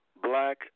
Black